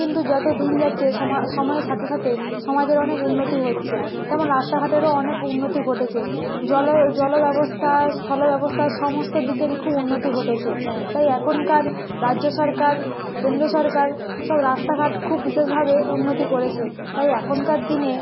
কিন্তু যতো দিন যাচ্ছে সময়ের সাথে সাথে সমাজের অনেক উন্নতি হচ্ছে তেমন রাস্তাঘাটেরও অনেক উন্নতি ঘটেছে জল ব্যবস্থা স্থল ব্যবস্থা সমস্ত দিকেরই খুব উন্নতি ঘটেছে তাই এখনকার রাজ্য সরকার কেন্দ্র সরকার সব রাস্তাঘাট খুব বিশেষভাবে উন্নতি করেছে তাই এখনকার দিনে